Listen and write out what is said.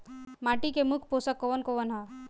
माटी में मुख्य पोषक कवन कवन ह?